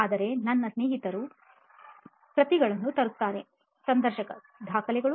ಆದರೆ ನನ್ನ ಹೆಚ್ಚಿನ ಸ್ನೇಹಿತರು ಅವರು ಪ್ರತಿಗಳನ್ನು ತರುತ್ತಾರೆ ಸಂದರ್ಶಕ ದಾಖಲೆಗಳು